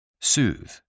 Soothe